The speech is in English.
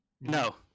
No